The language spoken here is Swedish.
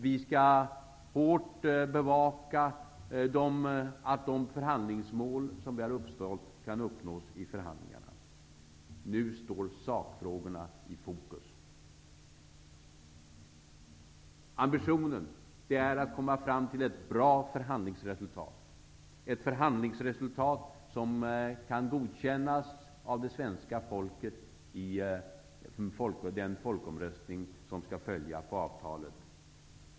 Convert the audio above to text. Vi skall hårt bevaka att de förhandlingsmål som vi har uppställt kan uppnås i förhandlingarna. Nu står sakfrågorna i fokus. Ambitionen är att komma fram till ett bra förhandlingsresultat, ett förhandlingsresultat som kan godkännas av det svenska folket i den folkomröstning som skall följa på avtalet.